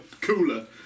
cooler